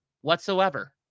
whatsoever